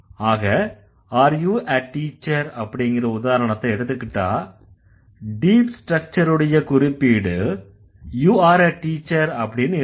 ஆக are you a teacher அப்படிங்கற உதாரணத்தை எடுத்துக்கிட்டா டீப் ஸ்ட்ரக்சருடைய குறிப்பீடு you are a teacher அப்படின்னு இருக்கும்